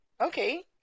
okay